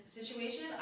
situation